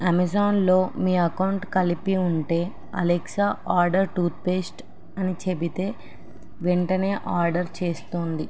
అమెజాన్లో మీ అకౌంట్ కలిపి ఉంటే అలెక్సా ఆర్డర్ టూత్పేస్ట్ అని చెబితే వెంటనే ఆర్డర్ చేస్తోంది